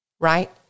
Right